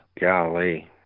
Golly